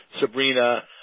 Sabrina